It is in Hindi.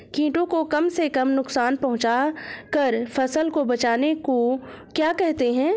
कीटों को कम से कम नुकसान पहुंचा कर फसल को बचाने को क्या कहते हैं?